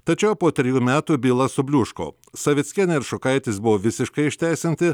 tačiau po trejų metų byla subliūško savickienė ir šukaitis buvo visiškai išteisinti